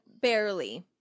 barely